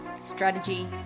strategy